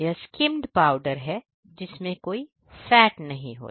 यह skimmed powder है जिसमें कोई फैट नहीं है